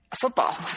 football